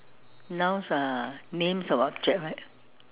nouns are names of objects right